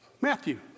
Matthew